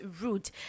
route